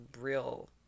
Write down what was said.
real